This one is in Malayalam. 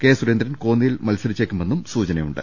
കെ സുരേന്ദ്രൻ കോന്നി യിൽ മത്സരിച്ചേക്കുമെന്ന് സൂചനയുണ്ട്